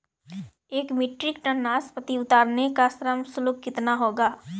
एक metric ton नाशपाती उतारने का श्रम शुल्क कितना होगा?